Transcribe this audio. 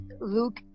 Luke